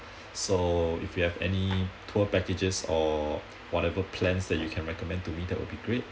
so if you have any tour packages or whatever plans that you can recommend to me that will be great